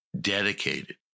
dedicated